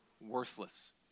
worthless